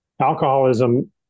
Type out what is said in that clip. alcoholism